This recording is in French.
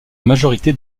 majorité